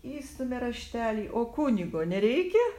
įstumia raštelį o kunigo nereikia